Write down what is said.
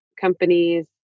companies